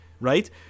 right